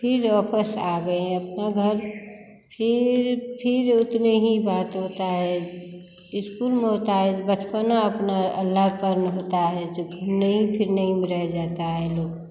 फिर वापस आ गए अपना घर फिर फिर उतने ही बात होता है इस्कूल में होता है इस बचपना अपना अअल्हड़पन होता है जो घूमने ही फिरने ही में रहे जाता है लोग